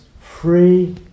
free